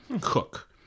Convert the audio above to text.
cook